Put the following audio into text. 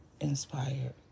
inspired